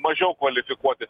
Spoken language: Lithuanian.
mažiau kvalifikuoti